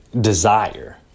desire